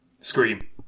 scream